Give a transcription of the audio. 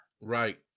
Right